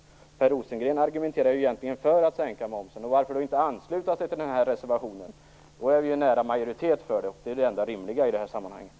Per Rosengren argumenterar ju egentligen för en momssänkning. Varför då inte ansluta sig till vår reservation? I så fall vore vi ju nära att få majoritet för vårt förslag, vilket vore det enda rimliga i sammanhanget.